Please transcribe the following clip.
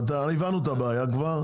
הבנו את הבעיה כבר,